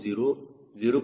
0 0